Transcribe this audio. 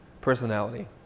personality